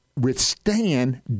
withstand